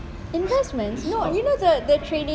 investments no you know the trading